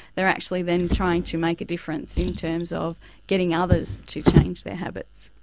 they are actually then trying to make a difference in terms of getting others to change their habits.